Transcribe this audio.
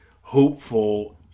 hopeful